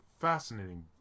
fascinating